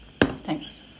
Thanks